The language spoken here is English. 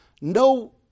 no